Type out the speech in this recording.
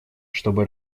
чтобы